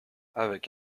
avec